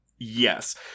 Yes